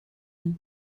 and